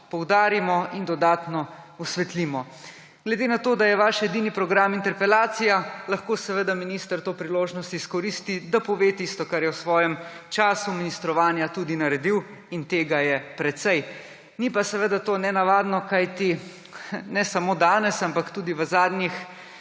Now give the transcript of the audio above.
poudarimo in dodatno osvetlimo. Glede na to, da je vaš edini program interpelacija, lahko seveda minister to priložnost izkoristi, da pove tisto, kar je v svojem času ministrovanja naredil, in tega je precej. Seveda pa to ni nenavadno, kajti ne samo danes, ampak tudi v zadnjih